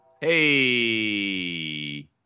hey